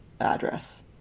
address